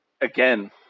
again